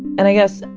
and i guess,